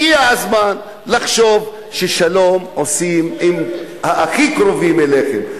הגיע הזמן לחשוב ששלום עושים עם הכי קרובים אליכם,